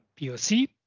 POC